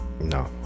No